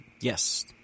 Yes